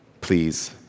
please